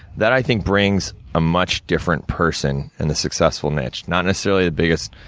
that, i think, brings a much different person in the successful niche. not necessarily the biggest